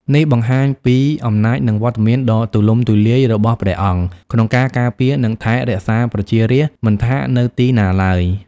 នេះបង្ហាញពីអំណាចនិងវត្តមានដ៏ទូលំទូលាយរបស់ព្រះអង្គក្នុងការការពារនិងថែរក្សាប្រជារាស្ត្រមិនថានៅទីណាឡើយ។